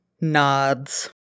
nods